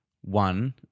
one